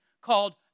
called